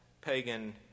pagan